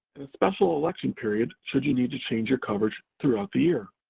a special election period, should you need to change your coverage throughout the year.